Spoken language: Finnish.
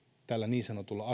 tällä niin sanotulla